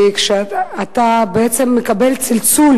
כי כשאתה מקבל צלצול